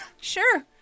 Sure